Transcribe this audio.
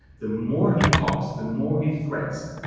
the more he talks, the more he threats,